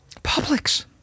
Publix